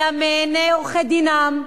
אלא מעיני עורכי-דינם,